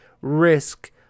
risk